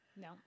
No